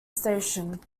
station